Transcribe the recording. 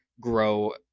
grow